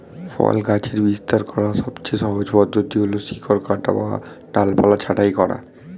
ফল গাছের বিস্তার করার সবচেয়ে সহজ পদ্ধতি হল শিকড় কাটা বা ডালপালা ছাঁটাই করা